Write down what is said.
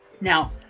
now